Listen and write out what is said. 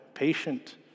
patient